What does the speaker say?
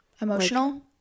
emotional